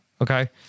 Okay